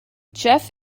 jeff